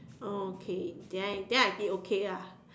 okay then then I think okay lah